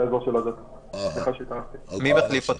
מחליף אותו